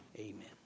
Amen